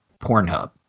Pornhub